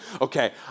okay